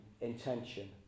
intention